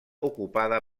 ocupada